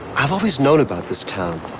i've always known about this town,